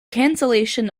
cancellation